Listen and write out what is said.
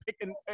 picking